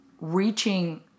reaching